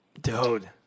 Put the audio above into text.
Dude